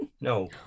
no